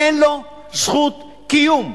אין לו זכות קיום.